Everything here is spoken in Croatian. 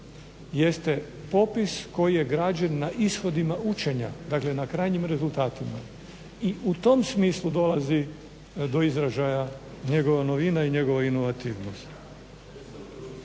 jeste popis koji je građen na ishodima učenja, dakle na krajnjim rezultatima. I u tom smislu dolazi do izražaja njegova novina i njegova inovativnost.